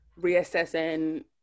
reassessing